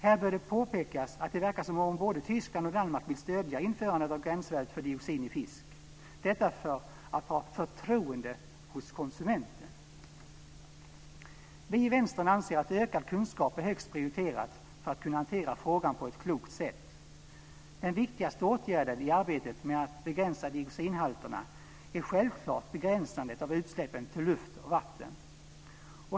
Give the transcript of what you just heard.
Här bör det påpekas att det verkar som om både Tyskland och Danmark vill stödja införandet av gränsvärdet för dioxin i fisk - detta för att ha förtroende hos konsumenten. Vi i Vänstern anser att ökad kunskap är högst prioriterat för att kunna hantera frågan på ett klokt sätt. Den viktigaste åtgärden i arbetet med att begränsa dioxinhalterna är självfallet begränsandet av utsläppen till luft och vatten.